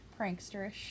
pranksterish